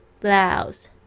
Blouse